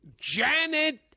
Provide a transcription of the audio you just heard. Janet